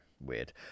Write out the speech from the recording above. weird